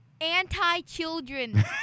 anti-children